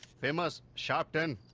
famous. sharp ten.